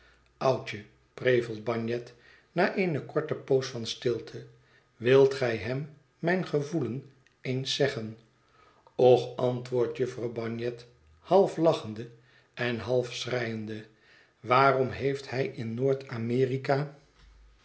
oudje prevelt bagnet na eene korte poos van stilte wilt gij hem mijn gevoelen eens zeggen och antwoordt jufvrouw bagnet half lachende en half schreiende waarom heeft hij in